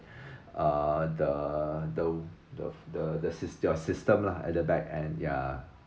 uh the the the the the sys~ your system lah at the back end ya